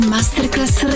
Masterclass